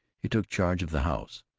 he took charge of the house.